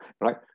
Right